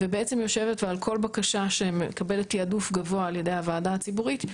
ובעצם יושבת ועל כל בקשה שמקבלת תעדוף גבוה על ידי הוועדה הציבורית,